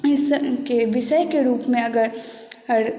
विषय के रूप मे अगर